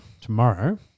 tomorrow